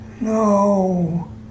No